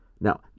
Now